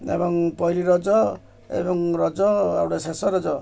ଏବଂ ପହିଲି ରଜ ଏବଂ ରଜ ଆଉ ଗୋଟେ ଶେଷ ରଜ